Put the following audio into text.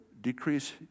decrease